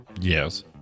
Yes